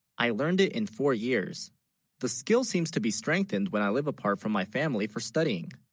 i learned it in four years the skill seems to be strengthened when i live apart from my family for studying